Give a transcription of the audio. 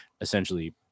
Essentially